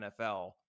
NFL